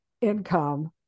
income